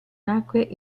nacque